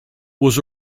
was